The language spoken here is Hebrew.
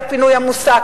לפינוי המוסק,